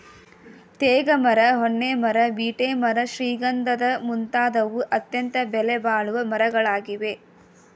ತೇಗ ಮರ, ಹೊನ್ನೆ ಮರ, ಬೀಟೆ ಮರ ಶ್ರೀಗಂಧದ ಮುಂತಾದವು ಅತ್ಯಂತ ಬೆಲೆಬಾಳುವ ಮರಗಳಾಗಿವೆ